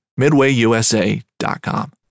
MidwayUSA.com